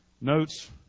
notes